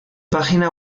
página